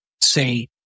say